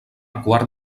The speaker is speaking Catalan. quart